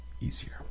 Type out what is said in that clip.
easier